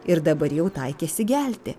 ir dabar jau taikėsi gelti